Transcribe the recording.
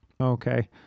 Okay